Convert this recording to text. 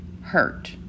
Hurt